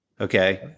okay